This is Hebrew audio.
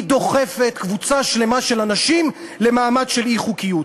היא דוחפת קבוצה שלמה של אנשים למעמד של אי-חוקיות.